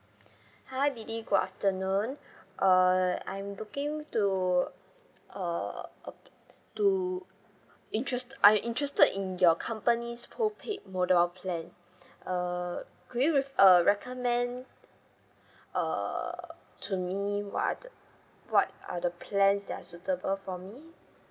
hi lily good afternoon uh I'm looking to uh ap~ to interest I'm interested in your company's postpaid mobile plan uh could you with uh recommend uh to me what are the what are the plan that are suitable for me